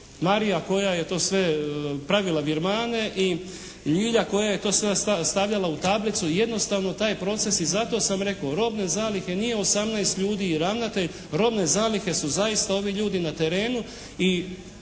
Marija koja je to sve pravila virmane i Ljila koja je to sve stavljala u tablicu. Jednostavno je taj proces, i zato sam rekao, robne zalihe nije 18 ljudi u ravnatelj, robne zalihe su zaista ovi ljudi na terenu.